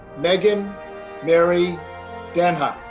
megan mary denha.